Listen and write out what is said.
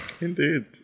Indeed